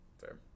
Fair